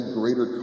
greater